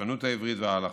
הבלשנות העברית וההלכה.